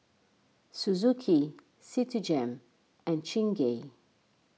Suzuki Citigem and Chingay